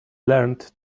learned